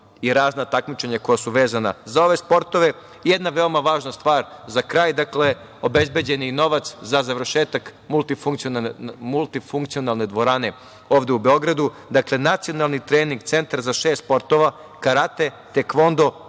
i razna takmičenja koja su vezana za ove sportove. Jedna veoma važna stvar za kraj, dakle obezbeđen je i novac za završetak multifunkcionalne dvorane ove u Beogradu. Dakle, nacionalni trening centar za šest sportova – karate, tekvondo,